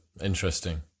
Interesting